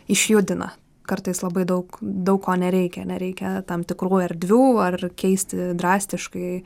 išjudina kartais labai daug daug ko nereikia nereikia tam tikrų erdvių ar keisti drastiškai